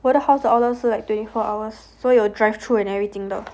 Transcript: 我的 house 的 outlet like twenty four hours so 有 drive through and everything 的